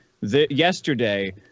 yesterday